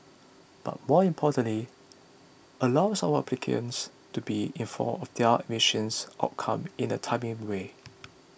but more importantly allows our applicants to be informed of their admission outcome in a timely way